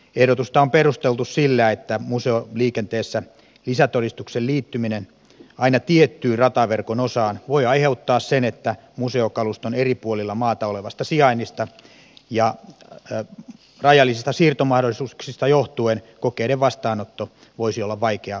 ehdotusta on perusteltu sillä että museoliikenteessä lisätodistuksen liittyminen aina tiettyyn rataverkon osaan voi aiheuttaa sen että museokaluston eri puolilla maata olevasta sijainnista ja rajallisista siirtomahdollisuuksista johtuen kokeiden vastaanotto voisi olla vaikea toteuttaa